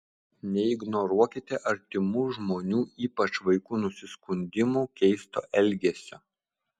neignoruokite artimų žmonių ypač vaikų nusiskundimų keisto elgesio